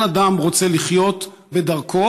כל אדם רוצה לחיות בדרכו,